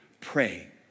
pray